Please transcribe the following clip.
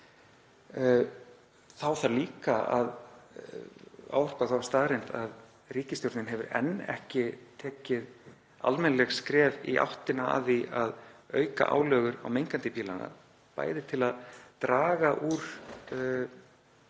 Þá þarf líka að ávarpa þá staðreynd að ríkisstjórnin hefur enn ekki tekið almennileg skref í áttina að því að auka álögur á mengandi bíla, bæði til að draga úr